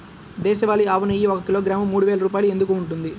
దేశవాళీ ఆవు నెయ్యి ఒక కిలోగ్రాము మూడు వేలు రూపాయలు ఎందుకు ఉంటుంది?